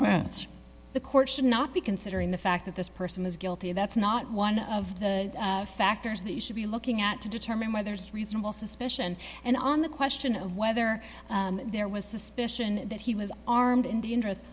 pants the court should not be considering the fact that this person is guilty that's not one of the factors that you should be looking at to determine whether it's reasonable suspicion and on the question of whether there was suspicion that he was armed and dangerous